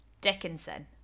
Dickinson